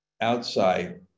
outside